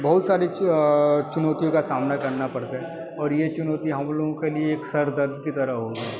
बहुत सारी चुनौतियों का सामना करना पड़ता है और ये चुनौती हम लोगों के लिए एक सर दर्द की तरह हो गई